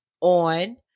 on